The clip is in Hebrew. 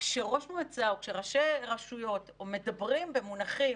כשראש מועצה או כשראשי רשויות מדברים במונחים